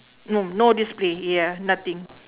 mm no display ya nothing